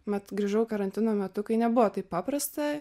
mat grįžau karantino metu kai nebuvo taip paprasta